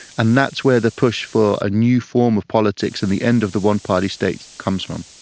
and that's where the push for a new form of politics and the end of the one-party state comes from.